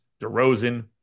DeRozan